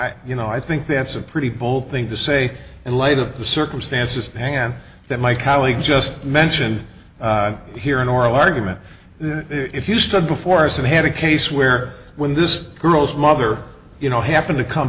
i you know i think that's a pretty bold thing to say and light of the circumstances hand that my colleague just mentioned here an oral argument if you stood before us and had a case where when this girl mother you know happened to come